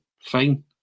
fine